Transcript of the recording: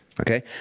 okay